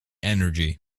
energy